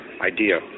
idea